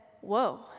whoa